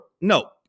No